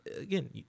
again